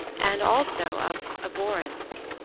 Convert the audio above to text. and also of abhorrence.